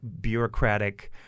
bureaucratic